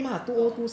不懂